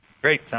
Great